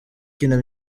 kina